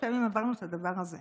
שלוש פעמים עברנו את הדבר הזה,